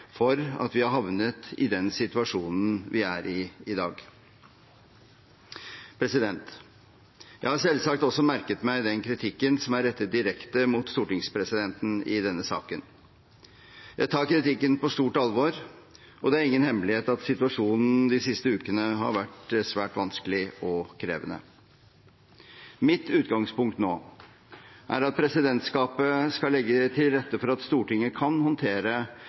for at vi har havnet i den situasjonen vi er i i dag. Jeg har selvsagt også merket meg den kritikken som er rettet direkte mot stortingspresidenten i denne saken. Jeg tar kritikken på stort alvor, og det er ingen hemmelighet at situasjonen de siste ukene har vært svært vanskelig og krevende. Mitt utgangspunkt nå er at presidentskapet skal legge til rette for at Stortinget kan håndtere